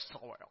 soil